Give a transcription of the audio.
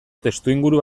testuinguru